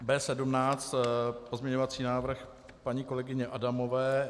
B17, pozměňovací návrh paní kolegyně Adamové.